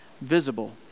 visible